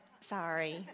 sorry